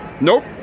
Nope